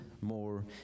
more